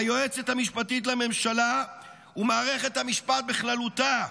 היועצת המשפטית לממשלה ומערכת המשפט בכללותה,